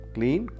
Clean